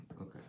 Okay